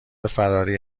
فراری